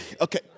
Okay